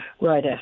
right